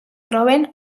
troben